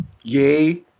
yay